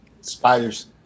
Spiders